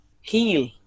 heal